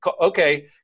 okay